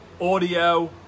audio